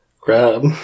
Grab